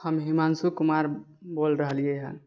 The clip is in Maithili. हम हिमांशु कुमार बोल रहलियै है